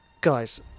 guys